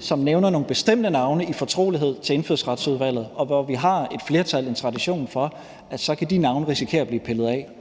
som nævner nogle bestemte navne i fortrolighed til Indfødsretsudvalget, og hvor vi i et flertal har en tradition for, at de navne så kan risikere at blive pillet af.